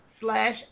slash